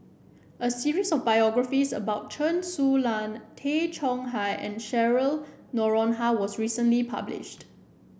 a series of biographies about Chen Su Lan Tay Chong Hai and Cheryl Noronha was recently published